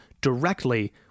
directly